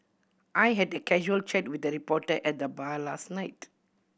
I had a casual chat with a reporter at the bar last night